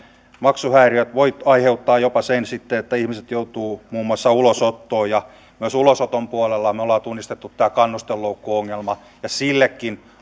maksuhäiriöt voivat aiheuttaa jopa sen sitten että ihmiset joutuvat muun muassa ulosottoon myös ulosoton puolella me olemme tunnistaneet tämän kannustinloukkuongelman ja sillekin